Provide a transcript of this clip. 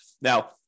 Now